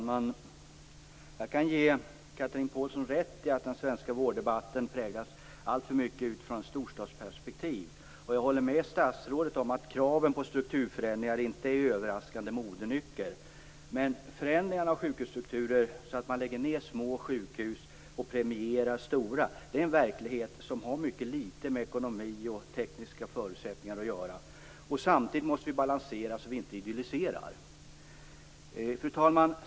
Fru talman! Jag kan ge Chatrine Pålsson rätt i att den svenska vårddebatten alltför mycket präglas av storstadsperspektiv. Och jag håller med statsrådet om att kraven på strukturförändringar inte är överraskande modenycker. Men förändringarna av sjukhusstrukturer, så att man lägger ned små sjukhus och premierar stora, är en verklighet som har mycket litet med ekonomi och tekniska förutsättningar att göra. Samtidigt måste vi balansera så att vi inte idylliserar. Fru talman!